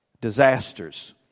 disasters